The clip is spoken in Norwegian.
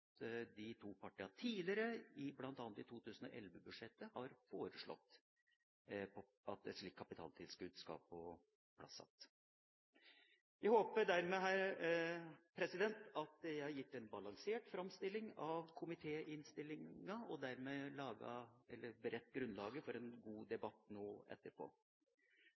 de to partiene tidligere, bl.a. i 2011-budsjettet, har foreslått at et slikt kapitaltilskudd skal på plass igjen. Jeg håper dermed at jeg har gitt en balansert framstilling av komitéinnstillinga og dermed beredt grunnlaget for en god debatt nå etterpå.